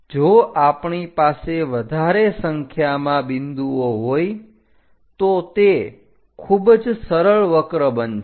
જો આપણી પાસે વધારે સંખ્યામાં બિંદુઓ હોય તો તે ખૂબ જ સરળ વક્ર બનશે